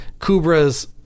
Kubra's